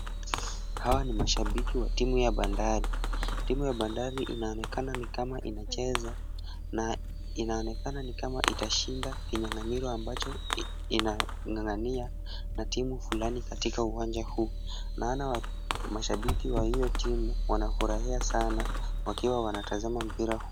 Hawa ni mashabiki wa timu ya Bandari. Timu ya Bandari inaonekana ni kama inacheza na inaonekana ni kama itashinda kinyang'anyiro ambacho inang'ang'ania na timu fulani katika uwanja huu. Naona mashabiki wa hiyo timu wanafurahia sana wakiwa wanatazama mpira huu.